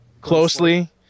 closely